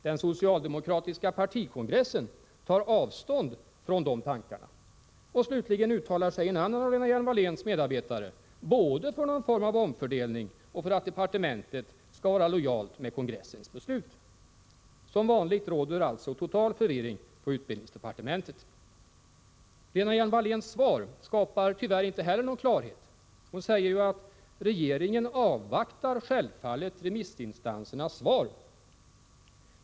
Den socialdemokratiska partikongressen tar avstånd från de tankarna. Och slutligen uttalar sig en annan av Lena Hjelm-Walléns medarbetare både för någon form av omfördelning och för att departementet skall vara lojalt med kongressens beslut. Som vanligt råder alltså total förvirring på utbildningsdepartementet. Lena Hjelm-Walléns svar skapar tyvärr inte heller någon klarhet. Hon säger att regeringen självfallet avvaktar remissinstansernas svar.